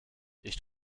ich